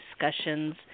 discussions